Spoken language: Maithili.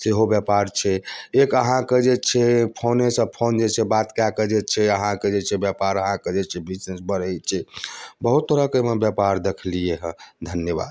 सेहो व्यापार छै एक अहाँके जे छै फोनेसँ फोन जे छै बात कए कऽ जे छै अहाँके जे छै व्यापार अहाँके जे छै बिजनेस बढ़ै छै बहुत तरहके अइमे व्यापार देखलियै हँ धन्यवाद